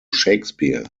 shakespeare